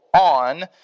On